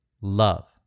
love